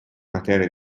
materia